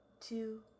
two